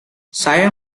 saya